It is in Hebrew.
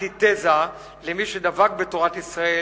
אנטיתזה למי שדבק בתורת ישראל